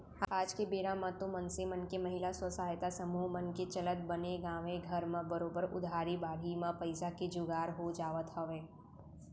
आज के बेरा म तो मनसे मन के महिला स्व सहायता समूह मन के चलत बने गाँवे घर म बरोबर उधारी बाड़ही म पइसा के जुगाड़ हो जावत हवय